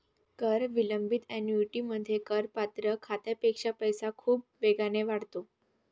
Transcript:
कर विलंबित ऍन्युइटीमध्ये, करपात्र खात्यापेक्षा पैसा खूप वेगाने वाढतो